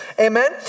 Amen